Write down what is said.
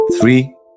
three